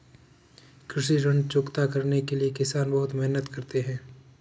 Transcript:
कृषि ऋण चुकता करने के लिए किसान बहुत मेहनत करते हैं